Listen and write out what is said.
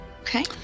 Okay